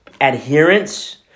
adherence